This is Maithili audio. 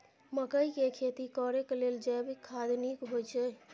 मकई के खेती करेक लेल जैविक खाद नीक होयछै?